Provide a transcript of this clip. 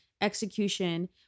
execution